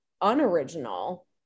unoriginal